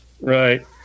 Right